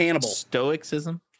stoicism